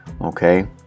okay